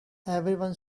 everyone